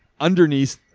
underneath